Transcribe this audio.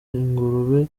ingurube